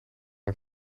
een